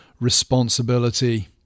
responsibility